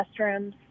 restrooms